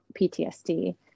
PTSD